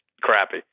crappy